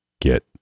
get